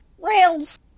rails